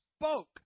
spoke